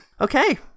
Okay